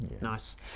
nice